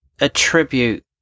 attribute